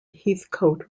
heathcote